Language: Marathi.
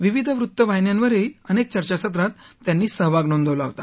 विविध वृत्तवाहिन्यांवरही अनक्त चर्चासत्रात त्यांनी सहभाग नोंदवला होता